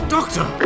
Doctor